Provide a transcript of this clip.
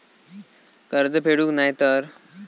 कर्ज फेडूक नाय तर?